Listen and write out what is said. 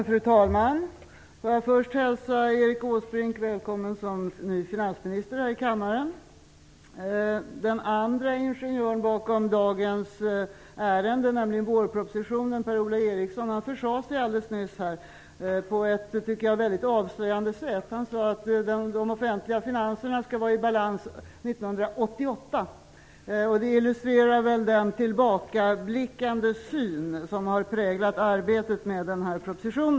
Fru talman! Får jag först hälsa Erik Åsbrink välkommen som ny finansminister här i kammaren. Den andre ingenjören bakom dagens ärende, nämligen vårpropositionen, Per-Ola Eriksson, försade sig nyss på ett väldigt avslöjande sätt. Han sade att de offentliga finanserna skall vara i balans 1988. Det illustrerar den tillbakablickande syn som har präglat arbetet med den här propositionen.